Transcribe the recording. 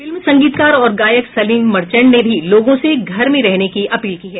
film संगीतकार और गायक सलीम मर्चेंट ने भी लोगों से घर में रहने की अपील की है